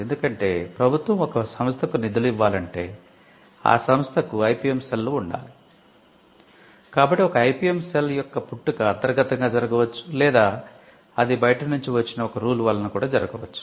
ఎందుకంటే ప్రభుత్వం ఒక సంస్థకు నిధులు ఇవ్వాలంటే ఆ సంస్థకు ఐపిఎం సెల్ యొక్క పుట్టుక అంతర్గతంగా జరగవచ్చు లేదా అది బయట నుంచి వచ్చిన ఒక రూల్ వలన కూడా జరగవచ్చు